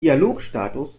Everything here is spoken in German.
dialogstatus